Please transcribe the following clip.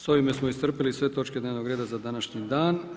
Sa ovime smo iscrpili sve točke dnevnog reda za današnji dan.